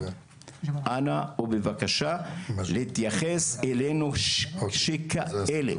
אנא ובבקשה להתייחס אלינו ככאלה.